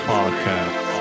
Podcast